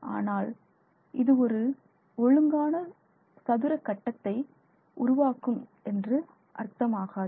ஆனால் இது ஒரு ஒழுங்கான சதுர கட்டத்தை உருவாக்கும் என்று அர்த்தமாகாது